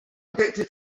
addicted